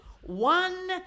one